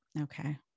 Okay